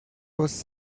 was